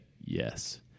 yes